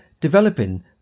developing